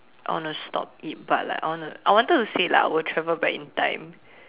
I want to stop it but like I want to I wanted to say like I will travel back in time